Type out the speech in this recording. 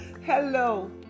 hello